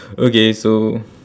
okay so